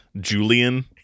Julian